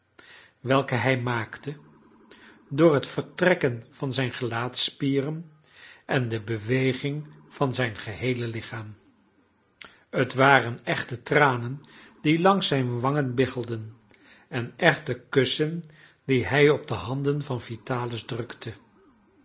welke hij maakte door het vertrekken van zijn gelaatsspieren en de beweging van zijn geheele lichaam het waren echte tranen die langs zijn wangen biggelden en echte kussen die hij op de handen van vitalis drukte